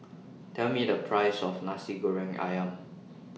Tell Me The priceS of Nasi Goreng Ayam